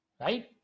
right